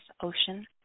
ocean